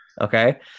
Okay